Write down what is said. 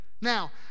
now